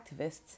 activists